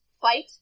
fight